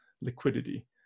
liquidity